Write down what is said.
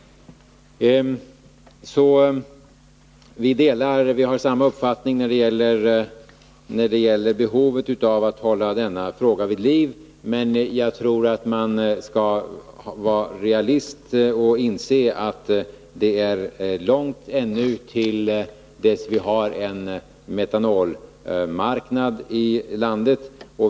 Vi har alltså samma uppfattning när det gäller behovet av att hålla denna fråga vid liv. Men jag tror att man skall vara realist och inse att det ännu är långt till dess att vi har en metanolmarknad i landet.